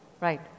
Right